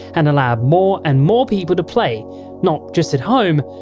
and allowed more and more people to play not just at home,